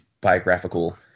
biographical